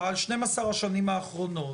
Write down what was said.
על 12 השנים האחרונות.